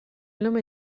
nome